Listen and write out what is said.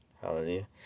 Hallelujah